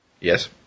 Yes